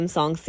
Song